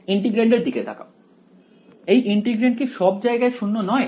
integrand এর দিকে তাকাও এই ইন্টিগ্রান্ড কি সব জায়গায় শূন্য নয়